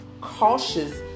cautious